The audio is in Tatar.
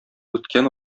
үткән